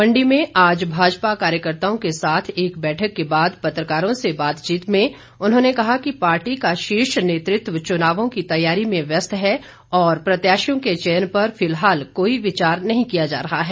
मण्डी में आज भाजपा कार्यकर्ताओं के साथ एक बैठक के बाद पत्रकारों से बातचीत में उन्होंने कहा कि पार्टी का शीर्ष नेतृत्व चुनावों की तैयारी में व्यस्त है और प्रत्याशियों के चयन पर फिलहाल कोई विचार नही किया जा रहा है